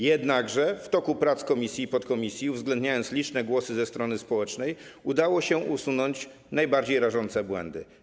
Jednakże w toku prac komisji i podkomisji, uwzględniając liczne głosy ze strony społecznej, udało się usunąć najbardziej rażące błędy.